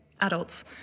adults